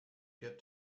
got